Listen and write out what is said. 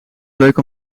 leuk